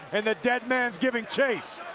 and the deadman's giving chase.